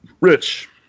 Rich